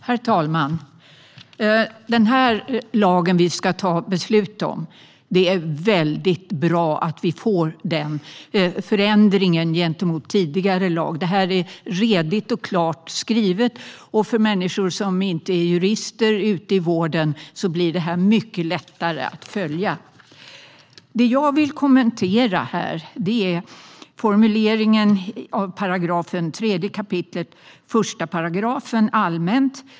Herr talman! Det är väldigt bra att vi i den lag vi ska ta beslut om får denna förändring gentemot tidigare lag. Det är redigt och klart skrivet, och för de människor i vården som inte är jurister blir detta mycket lättare att följa. Jag vill kommentera formuleringen i 3 kap. 1 § under Allmänt.